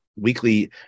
weekly